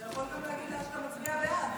אתה יכול גם להגיד שאתה מצביע בעד.